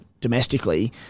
domestically